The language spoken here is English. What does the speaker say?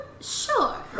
Sure